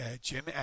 Jim